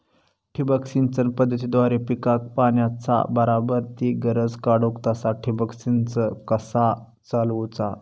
ठिबक सिंचन पद्धतीद्वारे पिकाक पाण्याचा बराबर ती गरज काडूक तसा ठिबक संच कसा चालवुचा?